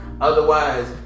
Otherwise